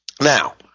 Now